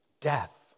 death